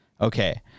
Okay